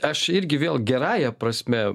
aš irgi vėl gerąja prasme